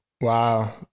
Wow